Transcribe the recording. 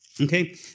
Okay